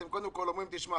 אתם קודם כול אומרים: תשמע,